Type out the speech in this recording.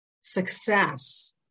success